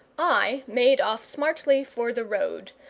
i made off smartly for the road,